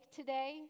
today